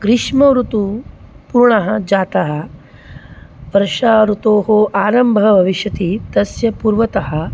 ग्रीष्म ऋतुः पूर्णः जातः वर्षा ऋतोः आरम्भः भविष्यति तस्य पूर्वतः